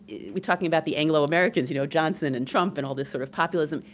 we're talking about the anglo-americans, you know johnson, and trump, and all this sort of populism.